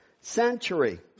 century